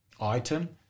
item